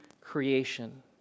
creation